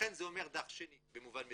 לכן זה אומר דרשני במובן מסוים,